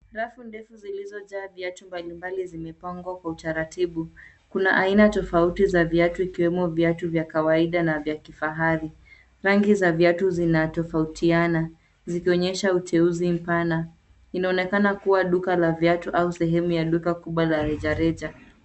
Rafu ndefu zilizojaa viatu mbalimbali zimepangwa kwa utaratibu. Kuna aina tofauti za viatu ikiwemo viatu vya kawaida na vya kifahari. Rangi za viatu zinatofautiana zikionyesha uteuzi mpana. Inaonekana kuwa duka la viatu au sehemu ya duka kubwa la rejareja.